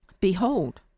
behold